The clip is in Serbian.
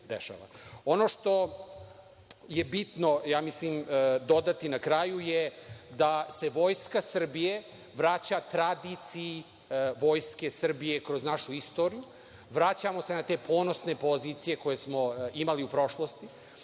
što je bitno, ja mislim, dodati na kraju je da se Vojska Srbije vraća tradiciji Vojske Srbije kroz našu istoriju. Vraćamo se na te ponosne pozicije koje smo imali u prošlosti